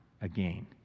again